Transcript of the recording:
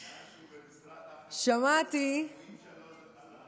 אפרת, שימי לב שהחלב לא יגלוש.